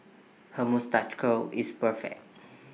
her moustache curl is perfect